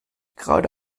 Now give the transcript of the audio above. gerade